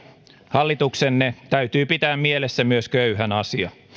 hallituksenne täytyy pitää mielessä myös köyhän asia